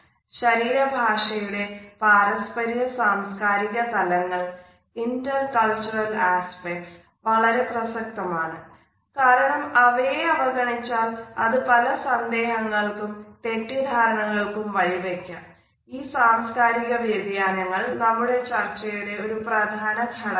ശരീര ഭാഷയുടെ പാരസ്പര്യ സാംസ്കാരിക തലങ്ങൾ വളരെഈ സാംസ്കാരിക വ്യതിയാനങ്ങൾ നമ്മുടെ ചർച്ചയുടെ ഒരു പ്രധാന ഘടകമാണ്